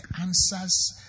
answers